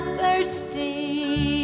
thirsty